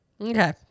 okay